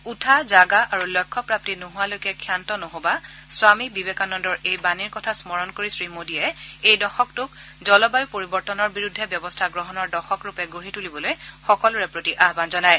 উঠা জাগা আৰু লক্ষ্যপ্ৰাপ্তি নোহোৱালৈকে ক্ষান্ত নহ বা স্বামী বিবেকানন্দৰ এই বাণীৰ কথা স্মৰণ কৰি শ্ৰীমোডীয়ে এই দশকটোক জলবায়ু পৰিৱৰ্তনৰ বিৰুদ্ধে ব্যৱস্থা গ্ৰহণৰ দশকৰূপে গঢ়ি তুলিবলৈ সকলোৰে প্ৰতি আহান জনায়